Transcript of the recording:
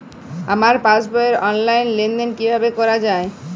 আমার পাসবই র অনলাইন লেনদেন কিভাবে করা যাবে?